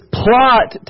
plot